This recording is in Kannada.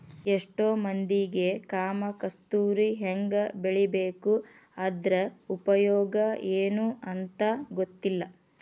ಎಷ್ಟೋ ಮಂದಿಗೆ ಕಾಮ ಕಸ್ತೂರಿ ಹೆಂಗ ಬೆಳಿಬೇಕು ಅದ್ರ ಉಪಯೋಗ ಎನೂ ಅಂತಾ ಗೊತ್ತಿಲ್ಲ